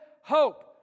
hope